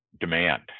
demand